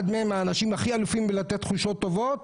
אחד מהאנשים הכי אלופים לתת תחושות טובות